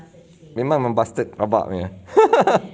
memang membastard rabak punya